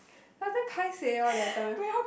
sometime paiseh lor that time